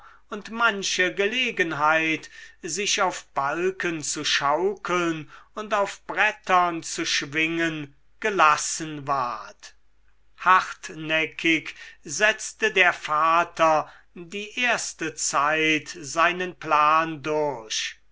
und manche gelegenheit sich auf balken zu schaukeln und auf brettern zu schwingen gelassen ward hartnäckig setzte der vater die erste zeit seinen plan durch